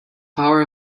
power